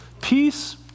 peace